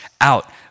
out